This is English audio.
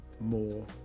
more